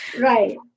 Right